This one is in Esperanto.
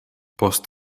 post